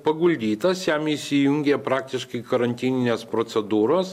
paguldytas jam įsijungė praktiškai karantininės procedūros